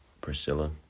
Priscilla